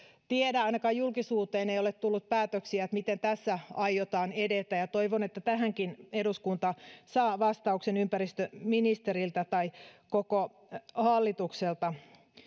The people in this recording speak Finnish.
tiedä ainakaan julkisuuteen ei ole tullut päätöksiä miten tässä aiotaan edetä toivon että tähänkin eduskunta saa vastauksen ympäristöministeriltä tai koko hallitukselta